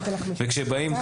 וכשבאים,